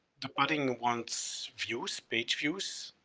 the pudding wants views, page views,